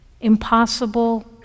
impossible